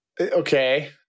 Okay